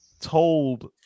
told